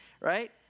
right